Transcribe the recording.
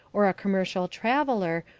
or a commercial traveller,